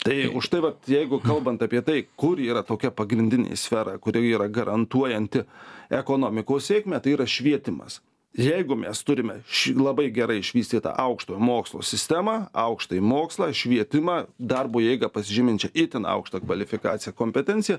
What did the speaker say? tai štai vat jeigu kalbant apie tai kur yra tokia pagrindinė sfera kuri yra garantuojanti ekonomikos sėkmę tai yra švietimas jeigu mes turime labai gerai išvystytą aukštojo mokslo sistemą aukštąjį mokslą švietimą darbo jėgą pasižyminčią itin aukšta kvalifikacija kompetencija